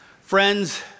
Friends